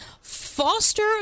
foster